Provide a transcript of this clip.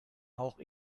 auch